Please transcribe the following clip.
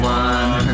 one